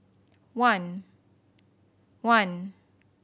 one one